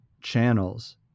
channels